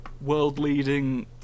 world-leading